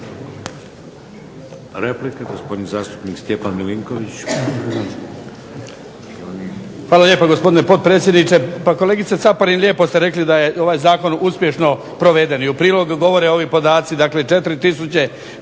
repliku, gospodin zastupnik Ante Kotromanović.